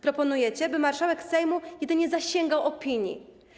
Proponujecie, by marszałek Sejmu jedynie zasięgał opinii.